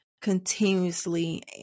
continuously